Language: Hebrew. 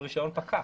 הרישיון פקע.